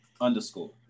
underscore